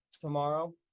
tomorrow